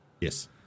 Yes